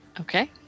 Okay